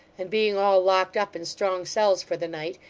and being all locked up in strong cells for the night,